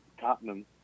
Tottenham